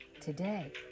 Today